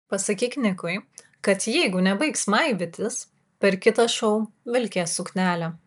pasakyk nikui kad jeigu nebaigs maivytis per kitą šou vilkės suknelę